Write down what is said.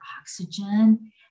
oxygen